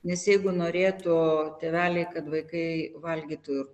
nes jeigu norėtų tėveliai kad vaikai valgytų